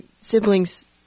siblings